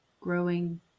growing